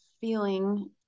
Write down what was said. feeling